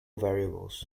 variables